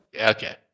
okay